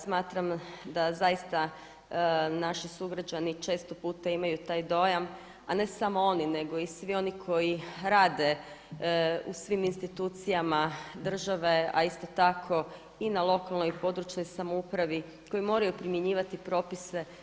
Smatram da zaista naši sugrađani često puta imaju taj dojam, a ne samo oni nego i svi oni koji rade u svim institucijama države, a isto tako i na lokalnoj i područnoj samoupravi, koji moraju primjenjivati propise.